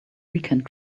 weekend